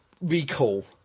recall